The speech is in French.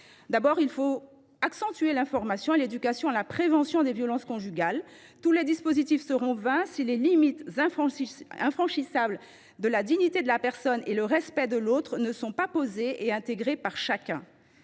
faut avant tout accentuer l’information et l’éducation à la prévention des violences conjugales. Tous les dispositifs seront vains si les limites infranchissables de la dignité de la personne et du respect de l’autre ne sont pas posées et intégrées par chacun.